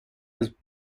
was